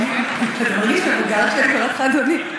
אתה מרגיש מבוגר כשאני קוראת לך "אדוני"?